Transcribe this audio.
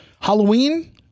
Halloween